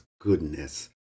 goodness